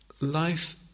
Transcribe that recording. life